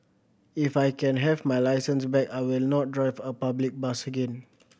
if I can have my licence back I will not drive a public bus again